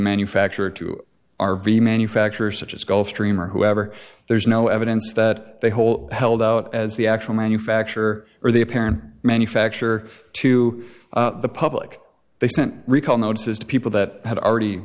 manufacturer to r v manufacturers such as gulfstream or whoever there's no evidence that the whole held out as the actual manufacture or the apparent manufacture to the public they sent recall notices to people that had already